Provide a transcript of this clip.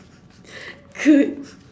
good